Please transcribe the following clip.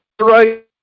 right